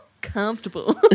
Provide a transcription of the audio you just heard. comfortable